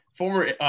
Former